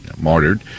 Martyred